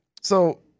So-